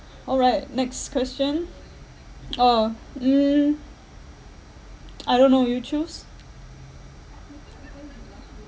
alright next question oh mm I don't know you choose